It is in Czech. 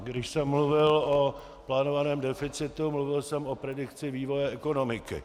Když jsem mluvil o plánovaném deficitu, mluvil jsem o predikci vývoje ekonomiky.